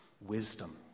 wisdom